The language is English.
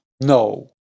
No